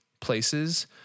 places